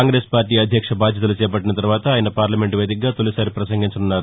కాంగ్రెస్పార్టీ అధ్యక్ష బాధ్యతలు చేపట్టిన తర్వాత ఆయన పార్లమెంటు వేదికగా తొలిసారి పసంగించనున్నారు